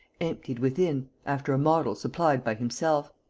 emptied within after a model supplied by himself.